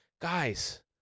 guys